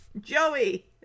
Joey